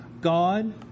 God